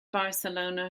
barcelona